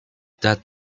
that